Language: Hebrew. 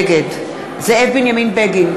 נגד זאב בנימין בגין,